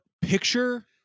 picture